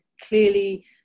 Clearly